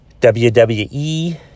WWE